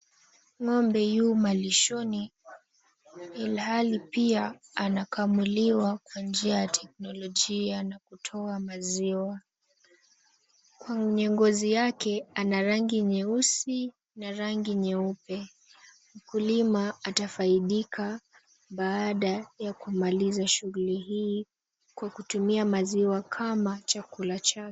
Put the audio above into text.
Ng'ombe yu malishoni ilhali pia anakamuliwa kwa njia ya teknolojia na kutoa maziwa. Kwenye ngozi yake ana rangi nyeusi na rangi nyeupe. Mkulima atafaidika baada ya kumaliza shughuli hii, kwa kutumia maziwa kama chakula chake.